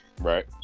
Right